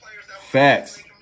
Facts